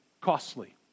costly